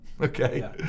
Okay